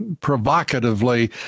provocatively